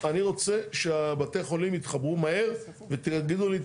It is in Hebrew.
אני רוצה שבתי החולים יתחברו מהר ותגידו לי,